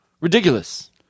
Ridiculous